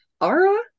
Ara